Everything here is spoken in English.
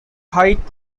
height